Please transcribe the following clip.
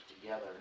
together